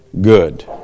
good